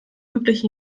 wirklich